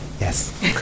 Yes